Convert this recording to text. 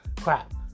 crap